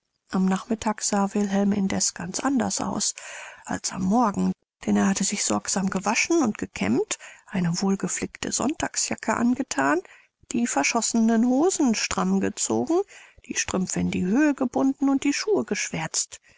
am nachmittag sah wilhelm indeß ganz anders aus als am morgen denn er hatte sich sorgsam gewaschen und gekämmt eine wohlgeflickte sonntagsjacke angethan die verschossenen hosen stramm gezogen die strümpfe in die höh gebunden und die schuhe geschwärzt